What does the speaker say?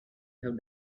have